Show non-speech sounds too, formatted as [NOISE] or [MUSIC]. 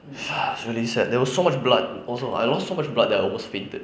[BREATH] really sad there was so much blood also I lost so much blood that I almost fainted